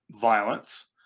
violence